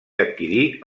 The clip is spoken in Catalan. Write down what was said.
adquirir